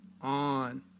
on